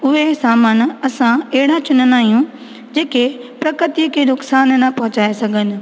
उहे सामान असां अहिड़ा चुनंदा आहियूं जेके प्रकृतीअ खे नुक़सानु पहुचाए सघनि